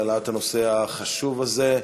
על העלאת הנושא החשוב הזה.